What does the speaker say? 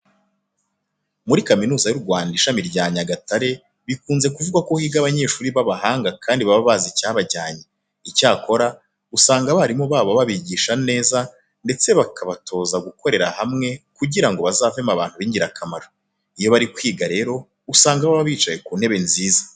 Muri Kaminuza y'u Rwanda, ishami rya Nyagatare bikunze kuvugwa ko higa abanyeshuri b'abahanga kandi baba bazi icyabajyanye. Icyakora, usanga abarimu babo babigisha neza ndetse bakabatoza gukorera hamwe kugira ngo bazavemo abantu b'ingirakamaro. Iyo bari kwiga rero usanga baba bicaye ku ntebe nziza.